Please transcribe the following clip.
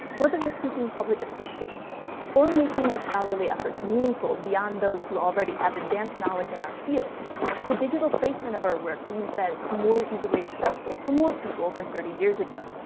whether we're seeking public assistance or making our scholarly efforts meaningful beyond those who already have advanced knowledge in our field, m the digital placement of our work means that it's more easily accessible to more people than thirty years ago.